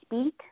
speak